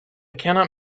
cannot